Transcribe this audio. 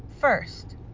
first